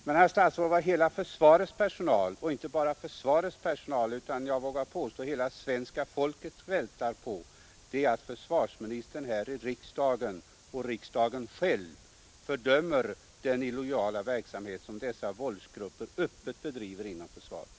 Men, herr statsråd, vad inte bara hela försvarets personal utan — vågar jag påstå hela svenska folket väntar på är att försvarsministern här i riksdagen och att riksdagen själv fördömer den illojala verksamhet, som dessa våldsgrupper öppet bedriver inom försvaret.